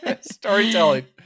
Storytelling